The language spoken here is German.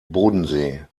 bodensee